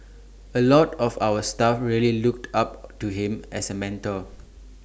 A lot of our staff really looked up to him as A mentor